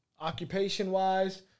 occupation-wise